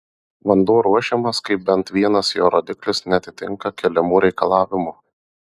vanduo ruošiamas kai bent vienas jo rodiklis neatitinka keliamų reikalavimų